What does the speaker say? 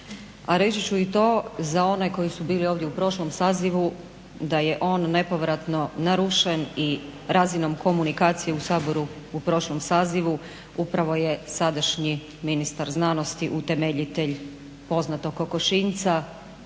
reći ću i to, za one koji su bili ovdje u prošlom sazivu da je on nepovratno narušen i razinom komunikacije u Saboru u prošlom sazivu. Upravo je sadašnji ministar znanosti utemeljitelj poznatog kokošinjca,